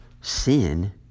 Sin